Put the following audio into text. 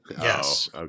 Yes